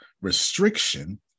restriction